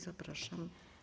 Zapraszam.